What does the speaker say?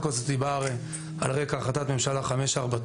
הזאת באה הרי על רקע החלטת ממשלה 549,